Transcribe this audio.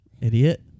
Idiot